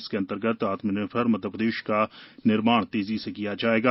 इसके अंतर्गत आत्मनिर्भर मध्यप्रदेश का निर्माण तेजी से किया जाएगा